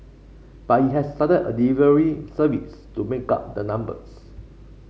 but it has started a delivery service to make up the numbers